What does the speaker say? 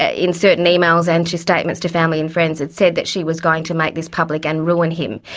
ah in certain emails and to statements to family and friends, it said that she was going to make this public and ruin him,